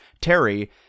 Terry